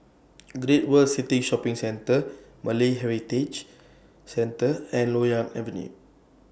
Great World City Shopping Centre Malay Heritage Centre and Loyang Avenue